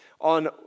On